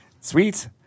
Sweet